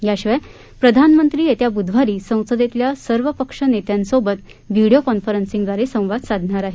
याशिवाय प्रधानमंत्री येत्या बुधवारी संसदेतल्या सर्व पक्षनेत्यांसोबत व्हिडिओ कॉन्फरंसिंगद्वारे संवाद साधणार आहेत